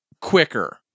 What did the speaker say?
quicker